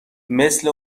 مثل